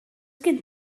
gen